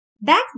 Back